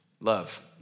Love